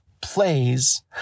plays